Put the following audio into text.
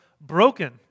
broken